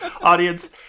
Audience